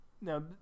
Now